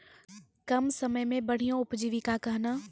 कम समय मे बढ़िया उपजीविका कहना?